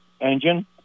engine